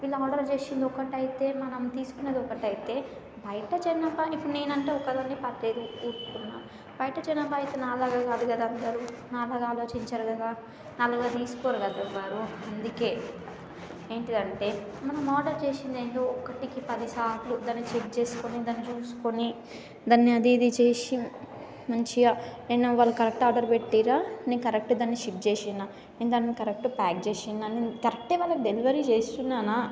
ఇలా ఆర్డర్ చేసింది ఒకటైతే మనం తీసుకునేది ఒకటైతే బయట జనాభా ఇప్పుడు నేనంటే ఒక్కదాని పర్లేదు ఊరుకున్నా బయట జనాభా అయితే నాలాగా కాదు కదా అందరు నాలాగా ఆలోచించరు కదా నాలాగా తీసుకోరు కదా వాళ్ళు అందుకే ఏంటిదంటే మనం ఆర్డర్ చేసింది ఏందో ఒకటికి పది సార్లు దాన్ని చెక్ చేసుకొని దాన్ని చూసుకొని దాన్ని అది ఇది చేసి మంచిగా ఏంది వాళ్ళు కరెక్ట్ ఆర్డర్ పెట్టిరా నేను కరెక్ట్గా దాన్ని షిఫ్ట్ చేస్తున్నా నేను కరెక్ట్గా దాన్ని ప్యాక్ చేస్తున్నా అని నేను కరెక్ట్గా డెలివరీ చేస్తున్నానా